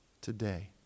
today